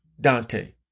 Dante